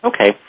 Okay